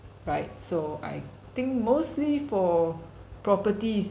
right so I think mostly for properties